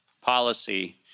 policy